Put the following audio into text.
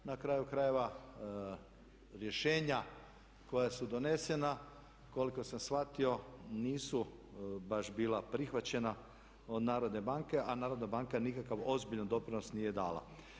Na kraju krajeva rješenja koja su donesena koliko sam shvatio nisu baš bila prihvaćena od narodne banke a narodna banka nikakav ozbiljan doprinos nije dala.